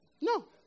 No